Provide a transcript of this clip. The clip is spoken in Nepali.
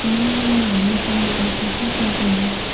मैले नभनेसम्म आफू चुप लाग्नुहोस्